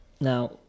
Now